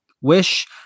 Wish